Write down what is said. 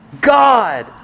God